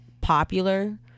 popular